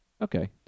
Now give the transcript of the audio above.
Okay